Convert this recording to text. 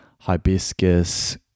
hibiscus